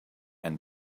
and